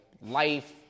life